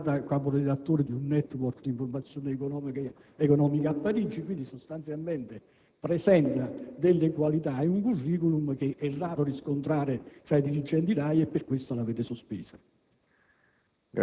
è stata capo redattore di un *network* di informazione economica a Parigi. Sostanzialmente, presenta qualità ed un *curriculum* che è raro riscontrare tra i dirigenti RAI: per questo l'avete sospesa.